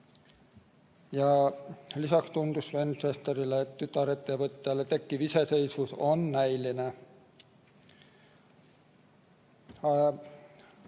Lisaks tundus Sven Sesterile, et tütarettevõttele tekkiv iseseisvus on näiline.